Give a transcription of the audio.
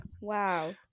wow